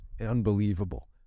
unbelievable